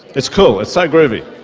it's cool, it's so groovy.